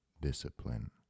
Discipline